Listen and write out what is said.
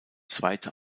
zweite